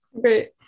Great